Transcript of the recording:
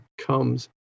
comes